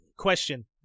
Question